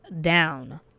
down